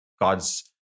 god's